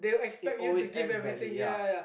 it always ends badly ya